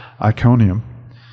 Iconium